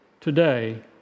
today